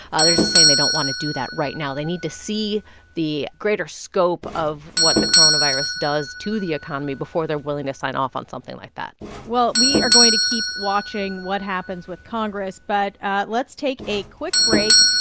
others are saying they don't want to do that right now. they need to see the greater scope of what the coronavirus does to the economy before they're willing to sign off on something like that well, we are going to keep watching what happens with congress, but let's take a quick break.